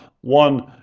one